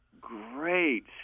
Great